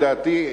לדעתי,